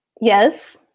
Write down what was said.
Yes